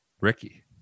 Ricky